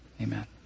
Amen